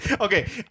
Okay